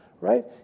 right